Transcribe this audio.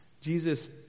Jesus